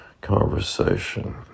conversation